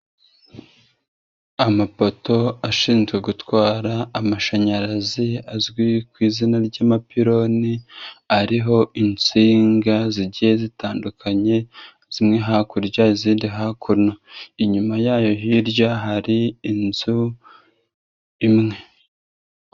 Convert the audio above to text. Amapoto ashinzwe gutwara amashanyarazi azwi ku izina ry'amapironi, ariho insinga zigiye zitandukanye zimwe hakurya izindi hakuno, inyuma yayo hirya hari inzu imwe.